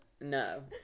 no